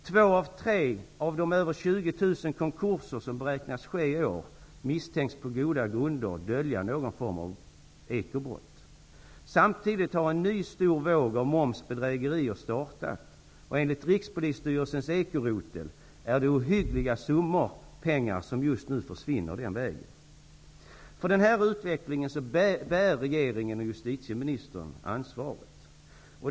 Två av tre av de över 20 000 konkurser som beräknas ske i år misstänks på goda grunder dölja någon form av ekobrott. Samtidigt har en ny stor våg av momsbedrägerier startat och enligt rikspolisstyrelsens eko-rotel är det ohyggliga summor pengar som just nu försvinner den vägen. Det är regeringen och justititeministern som bär ansvaret för den här utvecklingen.